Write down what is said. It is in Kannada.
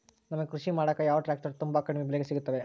ನಮಗೆ ಕೃಷಿ ಮಾಡಾಕ ಯಾವ ಟ್ರ್ಯಾಕ್ಟರ್ ತುಂಬಾ ಕಡಿಮೆ ಬೆಲೆಗೆ ಸಿಗುತ್ತವೆ?